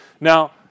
Now